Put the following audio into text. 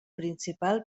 principal